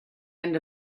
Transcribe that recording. end